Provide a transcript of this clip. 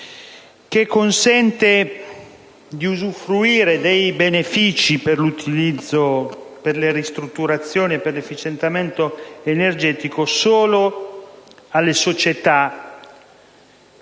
che consente di usufruire dei benefici per le ristrutturazioni e l'efficientamento energetico alle sole società